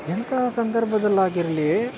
ಎಂತಹ ಸಂದರ್ಭದಲ್ಲಾಗಿರಲಿ